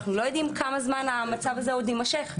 אנחנו לא יודעים כמה זמן המצב הזה עוד יימשך,